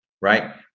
right